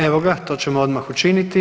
Evo ga, to ćemo odmah učiniti.